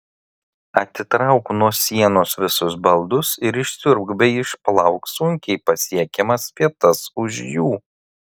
atitrauk nuo sienos visus baldus ir išsiurbk bei išplauk sunkiai pasiekiamas vietas už jų